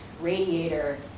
radiator